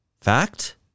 fact